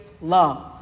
love